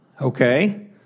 okay